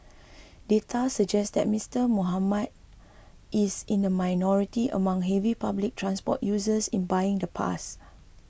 data suggest that Mister Muhammad is in the minority among heavy public transport users in buying the pass